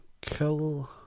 kill